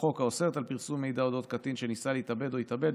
החוק האוסרות פרסום מידע אודות קטין שניסה להתאבד או התאבד,